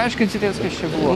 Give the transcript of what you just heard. aiškinsitės kas čia buvo